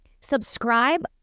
subscribe